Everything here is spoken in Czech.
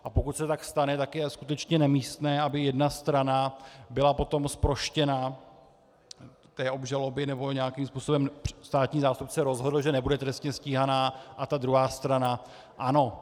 A pokud se tak stane, tak je skutečně nemístné, aby jedna strana byla potom zproštěna té obžaloby nebo nějakým způsobem státní zástupce rozhodl, že nebude trestně stíhaná, a ta druhá strana ano.